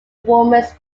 warmest